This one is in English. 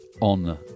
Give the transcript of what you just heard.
on